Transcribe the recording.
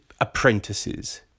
apprentices